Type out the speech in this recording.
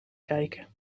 kijken